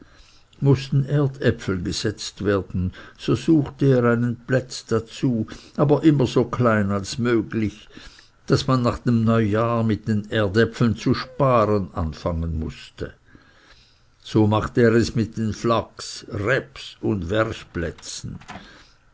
erdäpfel gesetzt werden so suchte er einen plätz dazu aber immer so klein als möglich daß man nach dem neujahr mit den erdäpfeln zu sparen anfangen mußte so machte er es mit den flachs raps und